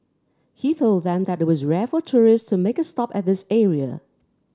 he told them that it was rare for tourists to make a stop at this area